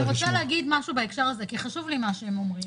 אני רוצה להגיד משהו בהקשר הזה כי חשוב לי מה שהם אומרים.